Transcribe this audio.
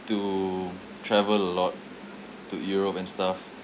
to travel a lot to europe and stuff